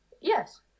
Yes